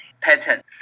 patent